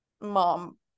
mom